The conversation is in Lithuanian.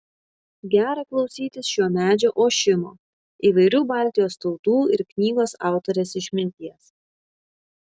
gera klausytis šio medžio ošimo įvairių baltijos tautų ir knygos autorės išminties